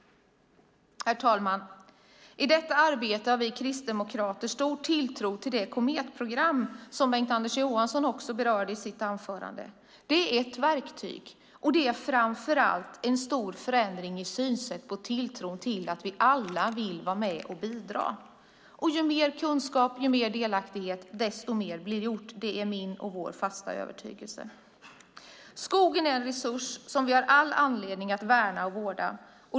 Herr talman! I detta arbete har vi kristdemokrater stor tilltro till Kometprogrammet, som Bengt-Anders Johansson berörde i sitt anförande. Det är ett verktyg och innebär framför allt en stor förändring i synsättet och tilltron till att vi alla vill vara med och bidra. Ju mer kunskap och ju mer delaktighet, desto mer blir gjort - det är min och vår fasta övertygelse. Skogen är en resurs som vi har all anledning att värna och vårda.